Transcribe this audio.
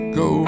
go